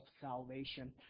salvation